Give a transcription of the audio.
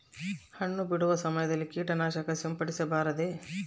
ಹಣ್ಣು ಬಿಡುವ ಸಮಯದಲ್ಲಿ ಕೇಟನಾಶಕ ಸಿಂಪಡಿಸಬಾರದೆ?